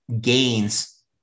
gains